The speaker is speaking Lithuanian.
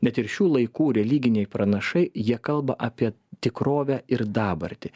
net ir šių laikų religiniai pranašai jie kalba apie tikrovę ir dabartį